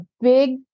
big